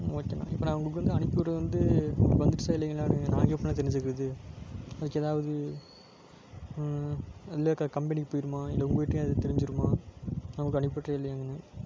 ஓகேண்ணா இப்போ நான் உங்களுக்கு வந்து அனுப்பிவுடுறது வந்து வந்துடுச்சா இல்லைங்களானு நாங்கள் எப்படிண்ணா தெரிஞ்சிக்கிறது அதுக்கு எதாவது இல்லைக கம்பெனிக்கு போயிடுமா இல்லைஉங்கக்கிட்டையே அது தெரிஞ்சிடுமா நான் உங்களுக்கு அனுப்பிவுட்டுறேன் இல்லையாங்கன்னு